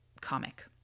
comic